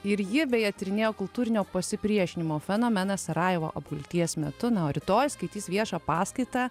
ir ji beje tyrinėja kultūrinio pasipriešinimo fenomeną sarajevo apgulties metu na o rytoj skaitys viešą paskaitą